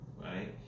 right